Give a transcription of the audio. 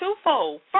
twofold